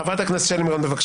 חברת הכנסת שלי מירון, בבקשה.